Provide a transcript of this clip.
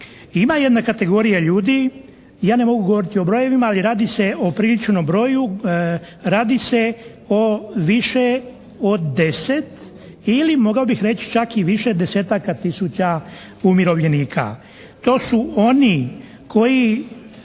Ima jedna kategorija ljudi, ja ne mogu govoriti o brojevima, ali radi se o priličnom broju, radi se o više od 10 ili mogao bih reći čak i više 10-aka tisuća umirovljenika. To su oni kojima,